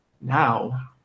now